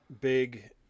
big